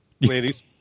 ladies